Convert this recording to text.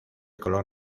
color